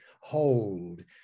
hold